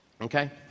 Okay